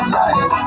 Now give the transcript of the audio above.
life